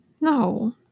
No